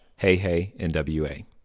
heyheynwa